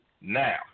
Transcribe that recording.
Now